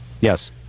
Yes